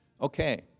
Okay